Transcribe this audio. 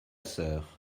sœur